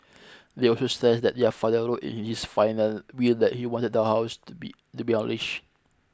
they also stressed that their father wrote in his final will that he wanted the house to be to be unleash